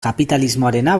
kapitalismoarena